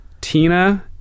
Tina